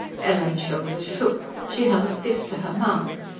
ellen's shoulders shook she held a fist to her mouth.